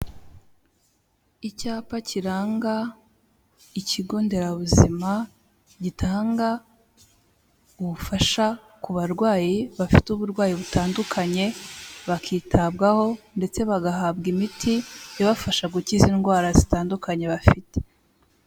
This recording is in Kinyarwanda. Icyapa kiranga, ikigo nderabuzima gitanga ubufasha ku barwayi bafite uburwayi butandukanye, bakitabwaho ndetse bagahabwa imiti, ibafasha gukiza indwara zitandukanye bafite.